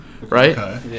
Right